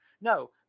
No